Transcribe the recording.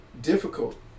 difficult